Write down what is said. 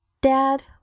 Dad